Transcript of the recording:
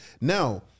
now